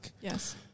Yes